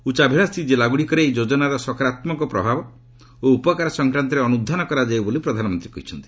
ଉଚ୍ଚାଭିଳାଷୀ କିଲ୍ଲାଗୁଡ଼ିକରେ ଏହି ଯୋଜନାର ସକାରାତ୍ମକ ପ୍ରଭାବ ଓ ଉପକାର ସଂକ୍ରାନ୍ତରେ ଅନୁଧ୍ୟାନ କରାଯାଉ ବୋଲି ପ୍ରଧାନମନ୍ତ୍ରୀ କହିଛନ୍ତି